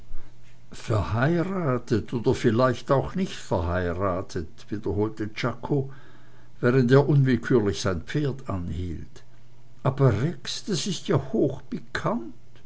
verheiratet oder vielleicht auch nicht verheiratet wiederholte czako während er unwillkürlich sein pferd anhielt aber rex das ist ja